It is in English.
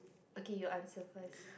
okay you answer first